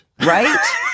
Right